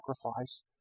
sacrifice